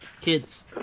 kids